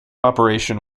operation